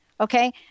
Okay